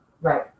Right